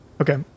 Okay